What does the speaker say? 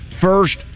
first